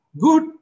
Good